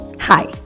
Hi